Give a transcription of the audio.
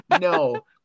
no